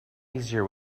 easier